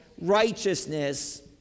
righteousness